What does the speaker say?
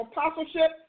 Apostleship